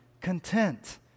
content